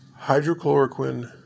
Hydrochloroquine